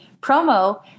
promo